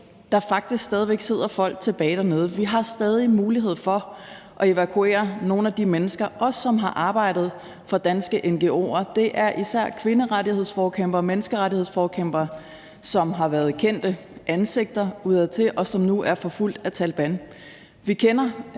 stadig væk sidder folk tilbage dernede. Vi har stadig en mulighed for at evakuere nogle af de mennesker, som også har arbejdet for danske ngo'er. Det er især kvinderettighedsforkæmpere og menneskerettighedsforkæmpere, som har været kendte ansigter udadtil, og som nu er forfulgt af Taleban.